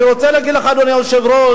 אני רוצה להגיד לך, אדוני היושב-ראש: